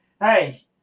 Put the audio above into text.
Hey